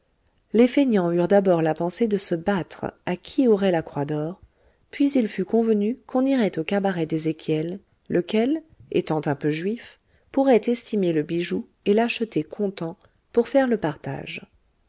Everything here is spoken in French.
les fainéants eurent d'abord la pensée de se battre à qui aurait la croix d'or puis il fut convenu qu'on irait au cabaret d'ezéchiel lequel étant un peu juif pourrait estimer le bijou et l'acheter comptant pour faire le partage